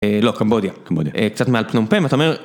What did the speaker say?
לא קמבודיה, קצת מעל פנומפן אתה אומר